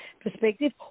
perspective